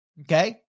Okay